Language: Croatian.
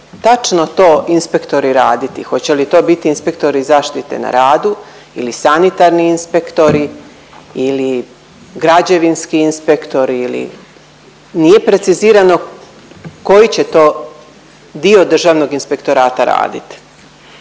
tačno to inspektori raditi? Hoće li to biti inspektori zaštite na radu ili sanitarni inspektori ili građevinski inspektori, nije precizirano koji će to dio Državnog inspektorata radit?